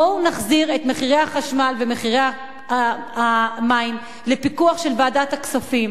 בואו נחזיר את מחירי החשמל ואת מחירי המים לפיקוח של ועדת הכספים.